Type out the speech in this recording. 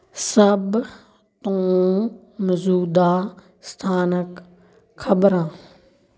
ਸਭ ਤੋਂ ਮੌਜੂਦਾ ਸਥਾਨਕ ਖ਼ਬਰਾਂ